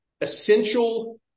essential